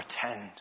pretend